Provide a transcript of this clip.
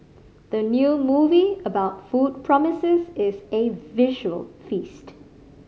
the new movie about food promises as a visual feast